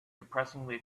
depressingly